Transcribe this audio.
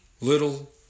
little